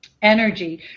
energy